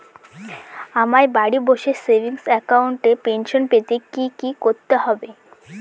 আমায় বাড়ি বসে সেভিংস অ্যাকাউন্টে পেনশন পেতে কি কি করতে হবে?